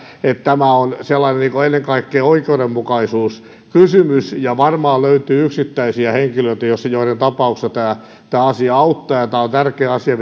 tämä on ennen kaikkea oikeudenmukaisuuskysymys ja varmaan löytyy yksittäisiä henkilöitä joiden tapauksessa tämä asia auttaa ja tämä on tärkeä asia